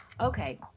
Okay